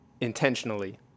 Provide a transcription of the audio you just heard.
intentionally